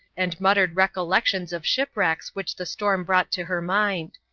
and muttered recollections of shipwrecks which the storm brought to her mind.